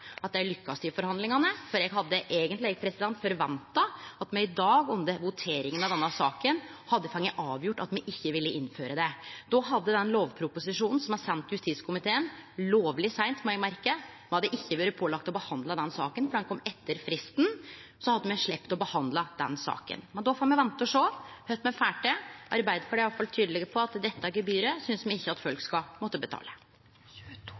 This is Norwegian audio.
at dei vil lykkast i forhandlingane, for eg hadde eigentleg forventa at me i dag under voteringa i denne saka hadde fått avgjort at me ikkje vil innføre det. Då hadde me sloppe å behandle den lovproposisjonen som er send til justiskomiteen – lovleg seint, må eg merke, me hadde ikkje vore pålagde å behandle denne saka, for ho kom etter fristen. Men då får me vente og sjå kva me får til. Arbeidarpartiet er i alle fall tydelege på at dette gebyret synest me ikkje at folk skal måtte betale.